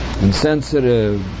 insensitive